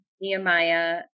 Nehemiah